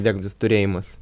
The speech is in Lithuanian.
diagnozės turėjimas